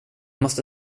måste